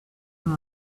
and